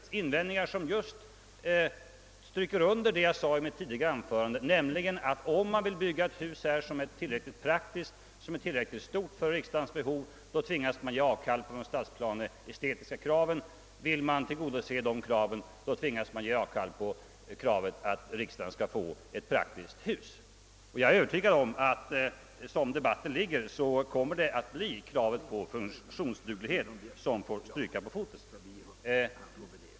Det är invändningar som stryker under just vad jag sade i mitt tidigare anförande, nämligen att om man vill bygga ett hus här som är tillräckligt praktiskt och som är tillräckligt stort för riksdagens behov tvingas man ge avkall på de stadsplaneestetiska kraven. Och vill man tillgodose de kraven tvingas man ge avkall på kravet att riksdagen skall få ett praktiskt hus. Jag för min del är övertygad om att som det nu ligger till kommer det att bli kravet på funktionsduglighet som får stå tillbaka.